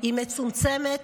היא מצומצמת